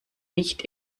nicht